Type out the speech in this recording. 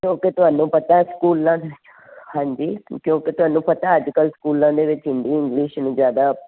ਜੋ ਕਿ ਤੁਹਾਨੂੰ ਪਤਾ ਸਕੂਲਾਂ ਦੀ ਹਾਂਜੀ ਕਿਉਂਕਿ ਤੁਹਾਨੂੰ ਪਤਾ ਅੱਜ ਕੱਲ੍ਹ ਸਕੂਲਾਂ ਦੇ ਵਿੱਚ ਹਿੰਦੀ ਇੰਗਲਿਸ਼ ਨੂੰ ਜ਼ਿਆਦਾ